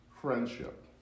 friendship